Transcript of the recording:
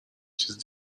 چیزه